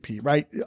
right